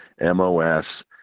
MOS